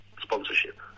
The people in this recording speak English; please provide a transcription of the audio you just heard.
sponsorship